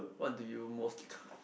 what do you most